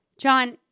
John